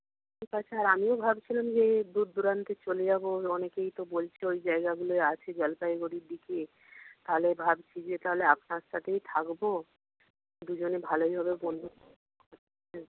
ঠিক আছে আর আমিও ভাবছিলাম যে দূর দূরান্তে চলে যাবো অনেকেই তো বলছে ওই জায়গাগুলোয় আছে জলপাইগুড়ির দিকে তাহলে ভাবছি যে তাহলে আপনার সাথেই থাকবো দুজনে ভালোই হবে বন্ধু